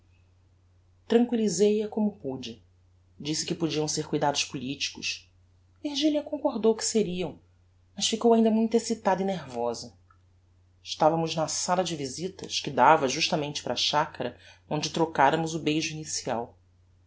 desconfia tranquillisei a como pude disse que podiam ser cuidados politicos virgilia concordou que seriam mas ficou ainda muito excitada e nervosa estavamos na sala de visitas que dava justamente para a chacara onde trocáramos o beijo inicial